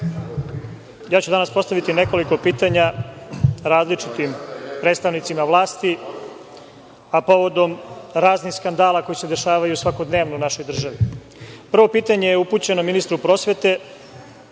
Danas ću postaviti nekoliko pitanja različitim predstavnicima vlasti, a povodom raznih skandala koji se dešavaju svakodnevno u našoj državi. Prvo pitanje je upućeno ministru prosvete,